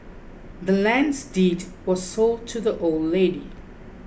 the land's deed was sold to the old lady